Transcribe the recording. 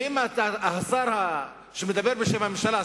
ואם השר שמדבר בשם הממשלה,